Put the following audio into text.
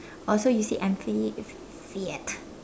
oh so you say I'm fat fat